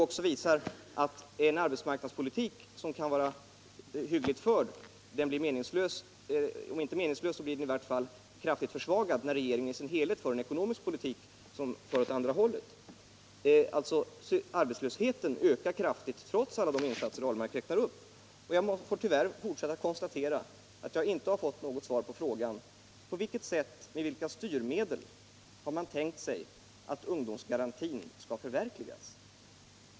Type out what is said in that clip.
Detta visar att en arbetsmarknadspolitik som kan vara hyggligt förd blir inte meningslös men kraftigt försvagad när regeringen i sin helhet för en ekonomisk politik som leder åt andra hållet. Arbetslösheten ökar då kraftigt trots alla de insatser Per Ahlmark räknar Jag får tyvärr fortsätta med att konstatera att jag inte har fått något svar på min fråga på vilket sätt och med vilka styrmedel man har tänkt sig att ungdomsgarantin till arbete skall förverkligas.